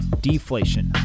deflation